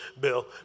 bill